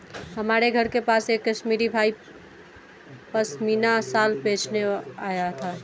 हमारे घर के पास एक कश्मीरी भाई पश्मीना शाल बेचने आया था